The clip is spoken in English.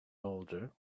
older